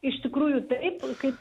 iš tikrųjų taip kaip